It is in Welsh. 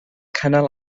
cynnal